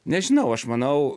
nežinau aš manau